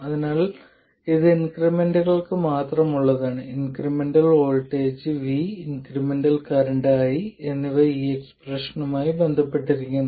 അതിനാൽ ഇത് ഇൻക്രിമെന്റുകൾക്ക് മാത്രമുള്ളതാണ് incremental voltage v incremental current i എന്നിവ ഈ എക്സ്പ്രഷനുമായി ബന്ധപ്പെട്ടിരിക്കുന്നു